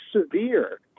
severe